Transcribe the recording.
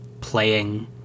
playing